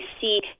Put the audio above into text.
see